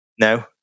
No